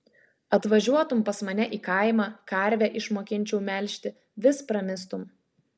atvažiuotum pas mane į kaimą karvę išmokinčiau melžti vis pramistum